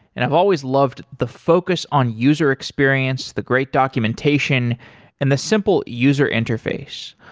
and i've always loved the focus on user experience, the great documentation and the simple user interface.